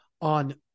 on